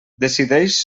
decideix